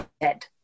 dead